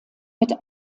mit